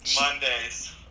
Mondays